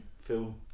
feel